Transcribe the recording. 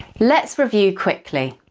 let's review quickly